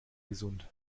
gesund